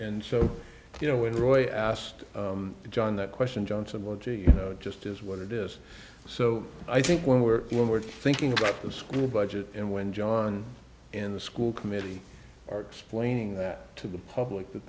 and so you know what roy i asked john that question johnson well gee you know it just is what it is so i think when we're when we're thinking about the school budget and when john in the school committee are explaining that to the public that